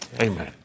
Amen